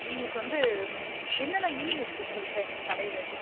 எங்களுக்கு வந்து ம் என்னென்ன மீன் இருக்குது உங்கள்கிட்ட உங்கள் கடையில்